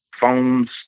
phones